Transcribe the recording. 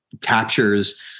captures